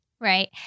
right